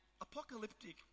apocalyptic